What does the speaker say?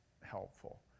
helpful